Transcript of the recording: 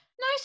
no